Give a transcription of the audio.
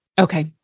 Okay